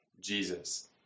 Jesus